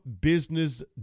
business